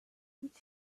each